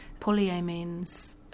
Polyamines